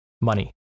money